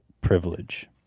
privilege